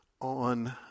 on